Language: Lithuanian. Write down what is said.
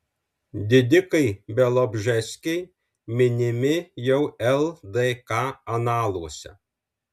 didikai bialobžeskiai minimi jau ldk analuose